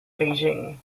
beijing